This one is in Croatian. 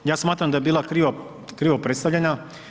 Ja smatram da je bila krivo predstavljena.